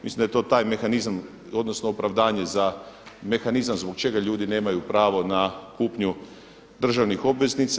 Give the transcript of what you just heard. Mislim da je to taj mehanizam odnosno opravdanje za mehanizam zbog čega ljudi nemaju pravo na kupnju državnih obveznica.